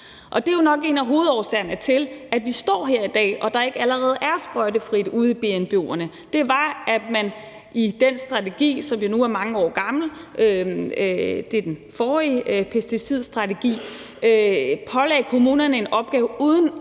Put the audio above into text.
Det er jo nok en af hovedårsagerne til, at vi står her i dag, og at der ikke allerede er sprøjtefrit ude i BNBO'erne. I den strategi, som nu er mange år gammel, den forrige pesticidstrategi, pålagde man kommunerne en opgave uden egentlig